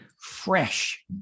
fresh